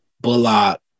Bullock